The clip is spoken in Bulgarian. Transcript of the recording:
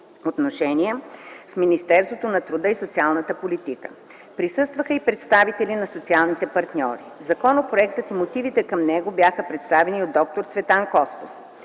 отношения” в Министерството на труда и социалната политика. Присъстваха и представители на социалните партньори. Законопроектът и мотивите към него бяха представени от д-р Цветан Костов.